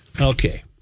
Okay